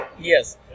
Yes